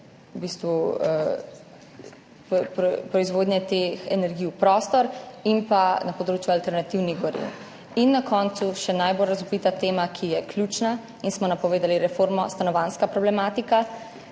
umeščanje proizvodnje teh energij v prostor in pa na področju alternativnih goriv. In na koncu še najbolj razvpita tema, ki je ključna, napovedali smo reformo stanovanjske problematike,